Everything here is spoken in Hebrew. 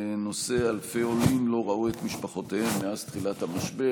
בנושא: אלפי עולים לא ראו את משפחותיהם מאז תחילת המשבר.